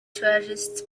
tourists